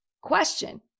question